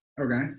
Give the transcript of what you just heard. okay